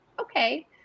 okay